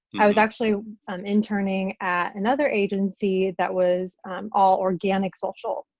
i was actually um interning at another agency that was all organic social.